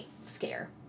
scare